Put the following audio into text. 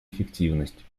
эффективность